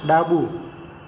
ડાબું